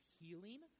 healing